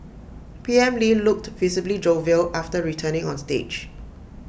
P M lee looked visibly jovial after returning on stage